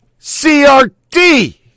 CRD